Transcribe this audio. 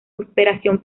superación